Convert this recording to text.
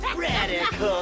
radical